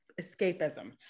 escapism